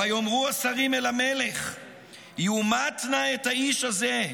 "ויאמרו השרים אל המלך יומת נא את האיש הזה,